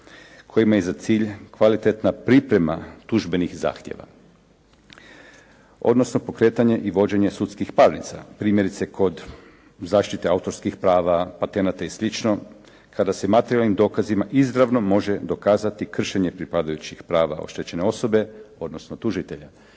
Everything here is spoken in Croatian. kojima je cilj kvalitetna priprema tužbenih zahtjeva, odnosno pokretanje i vođenje sudskih parnica. Primjerice kod zaštite autorskih prava, patenata i sl. kada se materijalnim dokazima izravno može dokazati kršenje pripadajućih prava oštećene osobe, odnosno tužitelja.